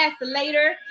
later